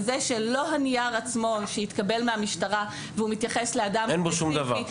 בזה שלא הנייר עצמו שהתקבל מהמשטרה ומתייחס לאדם ספציפי,